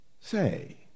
Say